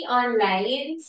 online